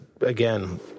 Again